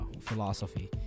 philosophy